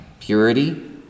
purity